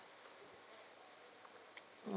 mm